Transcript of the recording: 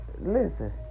Listen